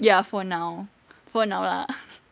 ya for now for now lah